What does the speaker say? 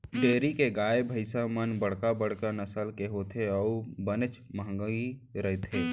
dairy के गाय भईंस मन बड़का बड़का नसल के होथे अउ बनेच महंगी रथें